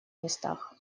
местах